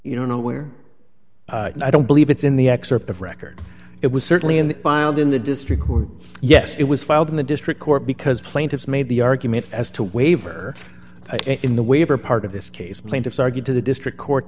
you know where and i don't believe it's in the excerpt of record it was certainly in the biled in the district yes it was filed in the district court because plaintiffs made the argument as to waiver in the waiver part of this case plaintiffs argued to the district court